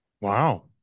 Wow